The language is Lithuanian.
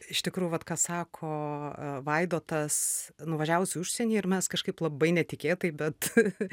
iš tikrųjų vat ką sako vaidotas nuvažiavus į užsienį ir mes kažkaip labai netikėtai bet